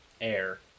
air